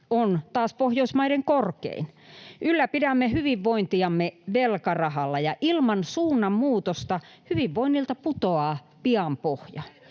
on Pohjoismaiden korkein. Ylläpidämme hyvinvointiamme velkarahalla, ja ilman suunnanmuutosta hyvinvoinnilta putoaa pian pohja.